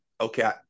okay